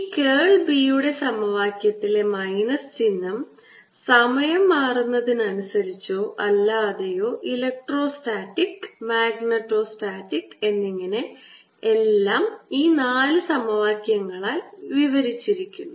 ഈ കേൾ B യുടെ സമവാക്യത്തിലെ മൈനസ് ചിഹ്നം സമയം മാറുന്നതിനനുസരിച്ചോ അല്ലാതെയോ ഇലക്ട്രോസ്റ്റാറ്റിക് മാഗ്നെറ്റോസ്റ്റാറ്റിക് എന്നിങ്ങനെ എല്ലാം ഈ നാല് സമവാക്യങ്ങളാൽ വിവരിച്ചിരിക്കുന്നു